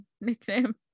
nickname